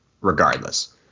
regardless